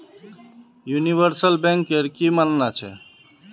universal बैंकेर की मानना छ